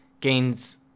gains